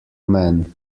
man